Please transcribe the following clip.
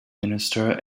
minister